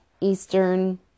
Eastern